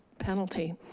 penalty.